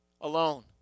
alone